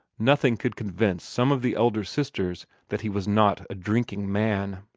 nothing could convince some of the elder sisters that he was not a drinking man.